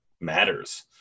matters